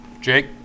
Jake